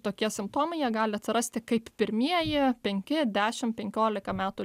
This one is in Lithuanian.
tokie simptomai jie gali atsirasti kaip pirmieji penki dešim penkiolika metų